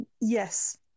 Yes